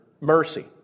mercy